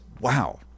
Wow